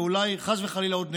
ואולי חס וחלילה עוד נשלם.